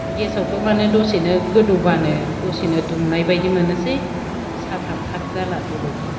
गेसआवथ' माने दसेनो गोदौबानो दसेनो दुंनाय बायदि मोननोसै साहाफ्रा भाग जाला बेबायदि